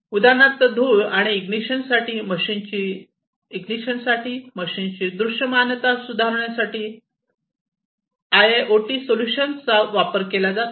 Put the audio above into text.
उदाहरणार्थ धूळ आणि इग्निशनसाठी मशिनरीचे दृश्यमानता सुधारण्यासाठी आय ओ टी सोल्यूशन्सचा वापर करतात